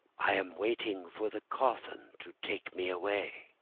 i am waiting for the coffin to take me away.